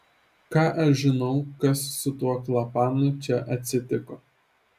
ką aš žinau kas su tuo klapanu čia atsitiko